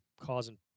causing